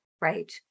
Right